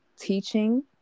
teaching